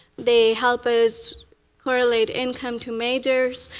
they help us correlate income to majors,